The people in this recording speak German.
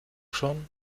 schon